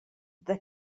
dad